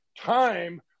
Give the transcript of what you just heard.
time